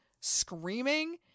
screaming